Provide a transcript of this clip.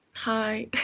hi.